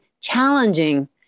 challenging